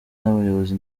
n’abayobozi